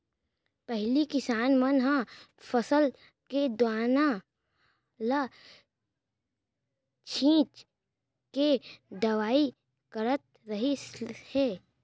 पहिली किसान मन ह फसल के दाना ल छिंच के बोवाई करत रहिस हे